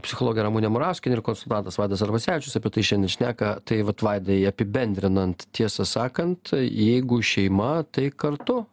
psichologė ramunė murauskienė ir konsultantas vaidas arvasevičius apie tai šiandien šneka tai vat vaidai apibendrinant tiesą sakant jeigu šeima tai kartu